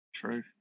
True